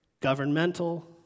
governmental